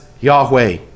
Yahweh